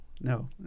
No